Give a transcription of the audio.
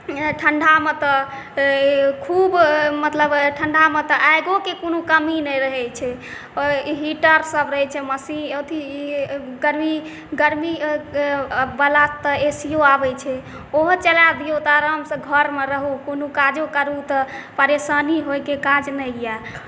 ठण्डामे तऽ खूब मतलब ठण्डामे तऽ आगिके कोनो कमी नहि रहै छै ओ हीटरसब रहै छै मशीन ई अथी कनि गरमीवला तऽ ए सी ओ आबै छै ओहो चला दिऔ तऽ आरामसँ घरमे रहू कोनो काजो करू तऽ परेशानी होइके काज नहि अइ